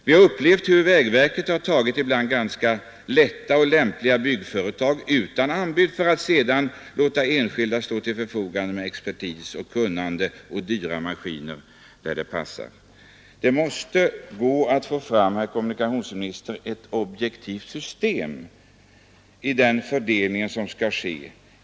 Vi har upplevt hur vägverket ibland tagit ganska lätta bygguppdrag utan anbud för att sedan låta enskilda stå till förfogande med expertis och kunnande och dyra maskiner där det passar. Det måste gå att få fram ett objektivt system för den fördelning som skall ske.